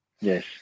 Yes